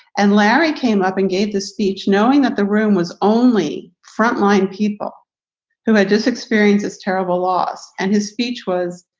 and larry came up and gave the speech knowing that the room was only line people who had just experienced this terrible loss. and his speech was,